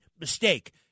mistake